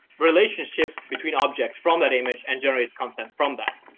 relationships between objects from that image and generates content from that.